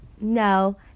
No